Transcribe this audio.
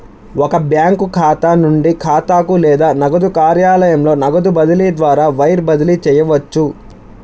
ఒక బ్యాంకు ఖాతా నుండి ఖాతాకు లేదా నగదు కార్యాలయంలో నగదు బదిలీ ద్వారా వైర్ బదిలీ చేయవచ్చు